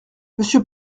monsieur